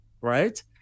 right